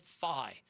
Phi